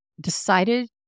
decided